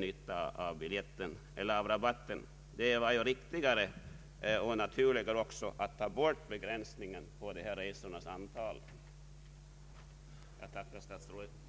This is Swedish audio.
nytta av rabatten. Det vore riktigare och naturligare att ta bort begränsningen i resornas antal. Jag tackar statsrådet för svaret.